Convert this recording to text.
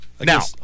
Now